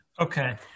Okay